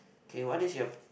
K what is your